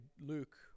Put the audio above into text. luke